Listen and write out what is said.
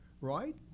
right